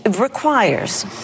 requires